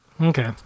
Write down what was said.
Okay